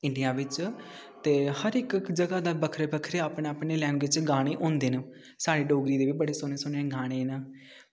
India बिच्च ते हर इक इक जगह दे बक्खरे बक्खरे अपने अपने लैंग्वेज़ च गाने होंदे न साढ़े डोगरी दे बी बड़े बड़े सोह्ने सोह्ने गाने न